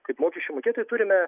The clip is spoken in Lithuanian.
kaip mokesčių mokėtojai turime